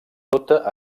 tota